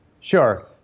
Sure